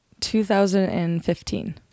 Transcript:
2015